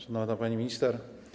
Szanowna Pani Minister!